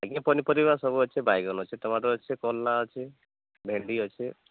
ଆଜ୍ଞା ପନିପରିବା ସବୁ ଅଛି ବାଇଗଣ ଅଛି ଟମାଟୋ ଅଛି କଲରା ଅଛି ଭେଣ୍ଡି ଅଛି